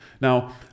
Now